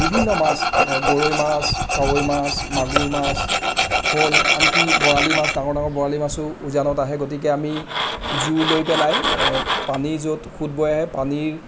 বিভিন্ন মাছ এই গৰৈ মাছ কাৱৈ মাছ মাগুৰ মাছ শ'ল আনকি বৰালি মাছ ডাঙৰ ডাঙৰ বৰালি মাছো উজানত আহে গতিকে আমি জুৰ লৈ পেলাই পানী য'ত সুত বৈ আহে পানীৰ